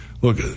Look